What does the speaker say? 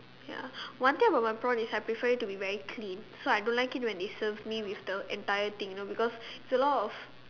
ya one thing about my prawn is I prefer it to be very clean so I don't like it when they serve me with the entire thing you know because it's a lot of